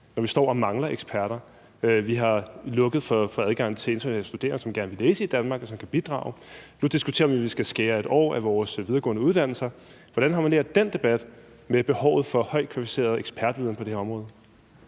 når vi står og mangler eksperter. Vi har lukket for adgangen for internationale studerende, som gerne vil læse i Danmark, og som kan bidrage. Nu diskuterer vi, om vi skal skære 1 år af vores videregående uddannelser. Hvordan harmonerer den debat med behovet for højtkvalificeret ekspertviden på det her område?